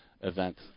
event